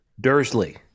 Dursley